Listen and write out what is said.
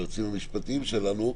היועצים המשפטיים שלנו,